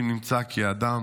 אם נמצא כי אדם